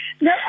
No